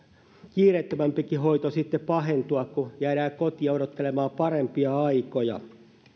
kiireettömämpikin hoito sitten pahentua kun jäädään kotiin odottelemaan parempia aikoja